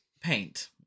Paint